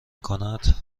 کند